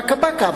פקה-פקה,